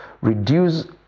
Reduce